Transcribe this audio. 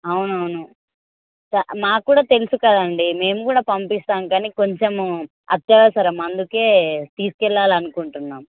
అవునవును మాకు కూడా తెలుసు కదండీ మేము కూడా పంపిస్తాము కానీ కొంచెం అత్యవసరము అందుకే తీసుకెళ్ళాలి అనుకుంటున్నాము